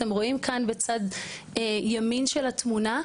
אתם רואים כאן בצד ימין של התמונה,